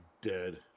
dead